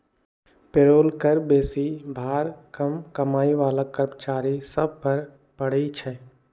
payroll कर बेशी भार कम कमाइ बला कर्मचारि सभ पर पड़इ छै